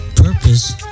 purpose